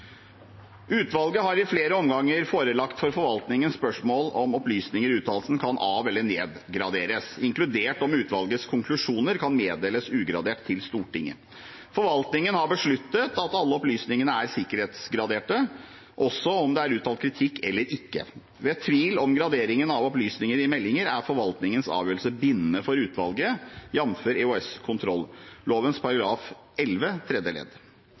Utvalget har i flere omganger forelagt for forvaltningen spørsmål om hvorvidt opplysninger i uttalelsen kan av- eller nedgraderes, inkludert om utvalgets konklusjoner kan meddeles ugradert til Stortinget. Forvaltningen har besluttet at alle opplysningene er sikkerhetsgraderte, også om det er uttalt kritikk eller ikke. Ved tvil om graderingen av opplysninger i meldinger er forvaltningens avgjørelse bindende for utvalget, jf. EOS-kontrolloven § 11 tredje ledd.